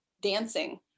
dancing